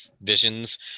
visions